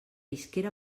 isquera